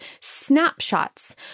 snapshots